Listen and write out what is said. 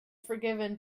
forgiven